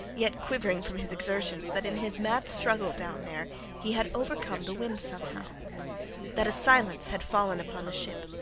yet quivering from his exertions, that in his mad struggle down there he had overcome the wind somehow that a silence had fallen upon the ship,